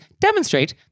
demonstrate